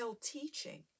teaching